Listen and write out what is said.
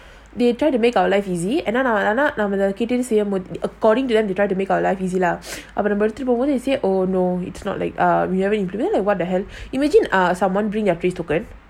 they try to make our life easy and then ஆனாநாம:ana nama according to them they try to make our life easy lah அப்புறம்:apuram but then they say oh no it's not like we haven't implement like what the hell imagine ah someone bring their trace token